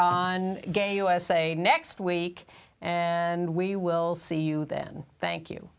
on gay usa next week and we will see you then thank you